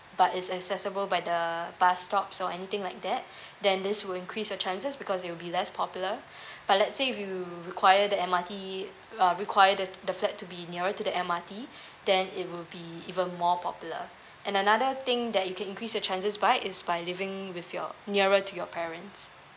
but it's accessible by the bus stops or anything like that then this will increase your chances because you will be less popular but let's say if you require the M_R_T uh require the the flat to be nearer to the M_R_T then it will be even more popular and another thing that you can increase your chances by is by living with your nearer to your parents